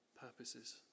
purposes